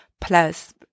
plus